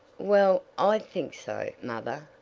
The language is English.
well, i think so, mother,